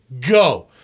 go